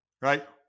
Right